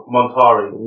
Montari